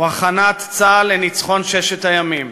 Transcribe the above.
הוא הכנת צה"ל לניצחון ששת הימים: